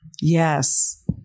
yes